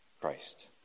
Christ